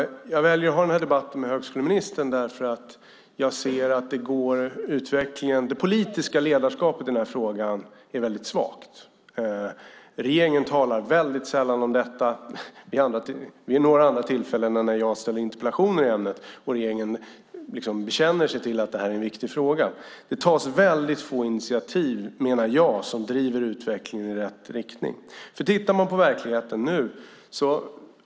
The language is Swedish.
Jag väljer att ha denna debatt med högskoleministern därför att jag ser att det politiska ledarskapet i denna fråga är väldigt svagt. Regeringen talar sällan om detta vid andra tillfällen än när jag ställer interpellationer i ämnet och regeringen bekänner sig till uppfattningen att det är en viktig fråga. Det tas, menar jag, väldigt få initiativ som driver utvecklingen i rätt riktning.